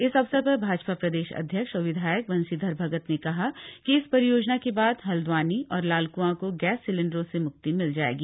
इस अवसर पर भाजपा प्रदेश अध्यक्ष और विधायक बंशीधर भगत ने कहा कि इस परियाजना के बाद हल्दवानी और लालक् क ग्रु सिलेन्डरों से म्क्ति मिल जाएगी